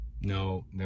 No